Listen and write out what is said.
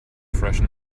freshen